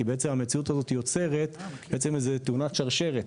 כי בעצם המציאות הזו יוצרת איזו תאונת שרשרת.